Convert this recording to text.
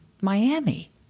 Miami